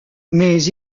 mais